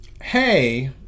hey